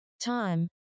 Time